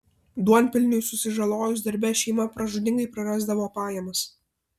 duonpelniui susižalojus darbe šeima pražūtingai prarasdavo pajamas